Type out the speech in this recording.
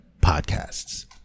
podcasts